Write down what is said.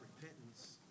repentance